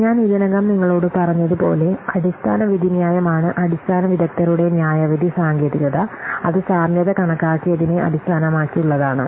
ഞാൻ ഇതിനകം നിങ്ങളോട് പറഞ്ഞതുപോലെ അടിസ്ഥാന വിധിന്യായമാണ് അടിസ്ഥാന വിദഗ്ദ്ധരുടെ ന്യായവിധി സാങ്കേതികത അത് സാമ്യത കണക്കാക്കിയതിനെ അടിസ്ഥാനമാക്കിയുള്ളതാണ്